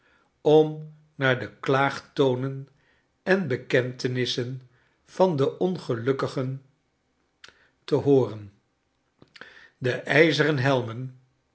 om naar de klaagtonen en bekentenissen van de ongelukkigen te hooren de ijzeren helmen